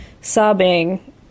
sobbing